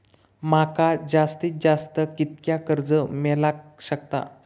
माका जास्तीत जास्त कितक्या कर्ज मेलाक शकता?